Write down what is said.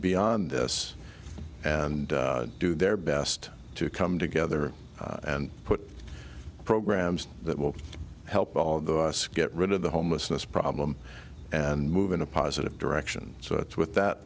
beyond this and do their best to come together and put programs that will help all of us get rid of the homelessness problem and move in a positive direction so it's with that